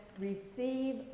Receive